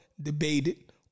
debated